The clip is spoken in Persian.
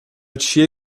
چیه